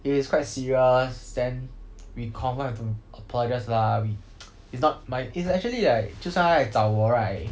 if it is quite serious then we to apologize lah we it's not my it's actually like 就算他来找我 right